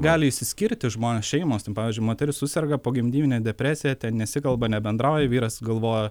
gali išsiskirti žmonės šeimos ten pavyzdžiui moteris suserga pogimdyvine depresija ten nesikalba nebendrauja vyras galvoja